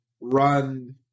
run